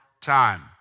time